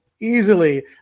easily